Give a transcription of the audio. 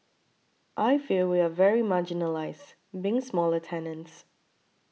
I feel we are very marginalised being smaller tenants